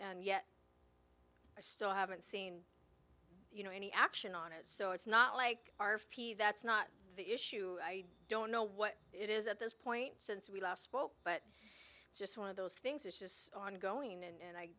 and yet i still haven't seen you know any action on it so it's not like our that's not the issue i don't know what it is at this point since we last spoke but it's just one of those things it's just ongoing and